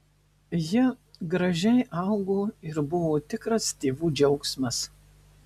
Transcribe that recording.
jie gražiai augo ir buvo tikras tėvų džiaugsmas